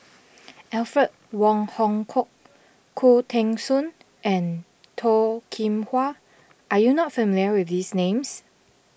Alfred Wong Hong Kwok Khoo Teng Soon and Toh Kim Hwa are you not familiar with these names